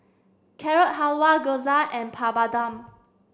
Carrot Halwa Gyoza and Papadum